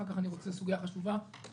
ואחר כך אני רוצה להתייחס לסוגיה חשובה אחרת.